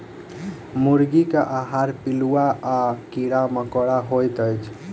मुर्गीक आहार पिलुआ आ कीड़ा मकोड़ा होइत अछि